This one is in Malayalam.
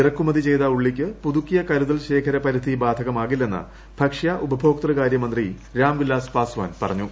ഇറക്കുമതി ചെയ്ത ഉള്ളിക്ക് പുതുക്കിയ കരുതൽ ശേഖര പരിധി ബാധകമാകില്ലെന്ന് ഭക്ഷ്യ ഉപഭോക്തൃകാര്യ മന്ത്രി രാംവിലാസ് പസ്വാൻ പറഞ്ഞു